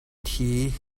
thi